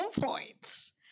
points